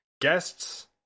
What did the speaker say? Guests